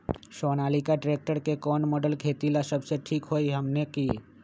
Sonalika tractor के कौन model खेती ला सबसे ठीक होई हमने की?